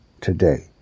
today